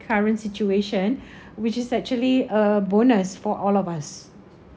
current situation which is actually a bonus for all of us